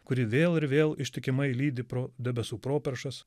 kuri vėl ir vėl ištikimai lydi pro debesų properšas